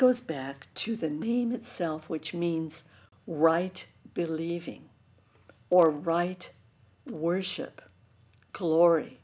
goes back to the name itself which means right believing or right worship calor